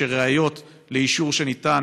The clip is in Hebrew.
ראיות לאישור שניתן